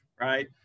right